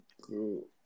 Cool